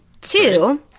two